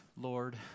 Lord